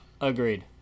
Agreed